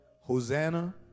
Hosanna